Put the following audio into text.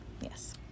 Yes